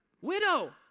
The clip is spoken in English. widow